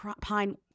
Pine